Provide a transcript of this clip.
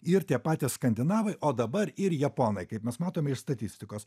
ir tie patys skandinavai o dabar ir japonai kaip mes matome iš statistikos